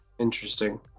interesting